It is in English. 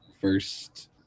first